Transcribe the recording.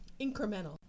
incremental